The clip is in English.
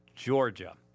Georgia